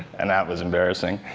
and that was embarrassing.